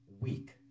week